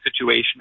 situation